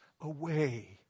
away